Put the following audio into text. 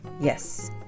Yes